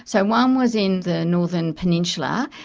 so um was in the northern peninsular,